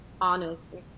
honest